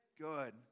Good